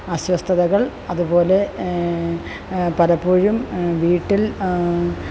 അസ്വസ്ഥതകള് അതുപോലെ പലപ്പോഴും വീട്ടില്